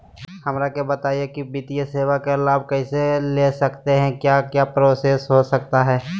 हमरा के बताइए की वित्तीय सेवा का लाभ हम कैसे ले सकते हैं क्या क्या प्रोसेस हो सकता है?